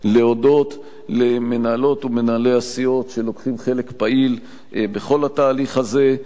להודות למנהלות הסיעות ומנהלי הסיעות שלוקחים חלק פעיל בכל התהליך הזה,